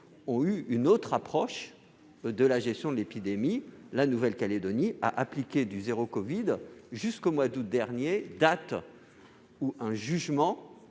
ont eu une autre approche de la gestion de l'épidémie. La Nouvelle-Calédonie a ainsi appliqué du « zéro covid » jusqu'au mois d'août dernier, lorsqu'un jugement